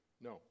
No